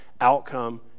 outcome